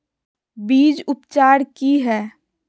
बीज उपचार कि हैय?